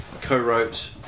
co-wrote